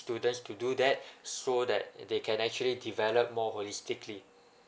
students to do that so that they can actually develop more holistically